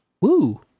Woo